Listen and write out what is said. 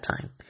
time